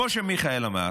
כמו שמיכאל אמר,